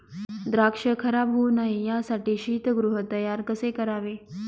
द्राक्ष खराब होऊ नये यासाठी शीतगृह तयार कसे करावे?